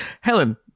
Helen